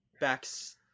backs